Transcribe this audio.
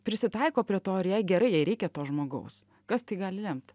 prisitaiko prie to ir jai gerai jei reikia to žmogaus kas tai gali lemt